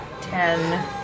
Ten